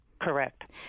Correct